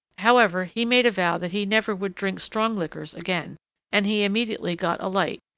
however, he made a vow that he never would drink strong liquors again and he immediately got a light,